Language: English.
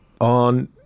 on